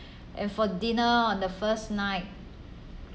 and for dinner on the first night